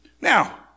Now